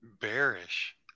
Bearish